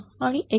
आणि x4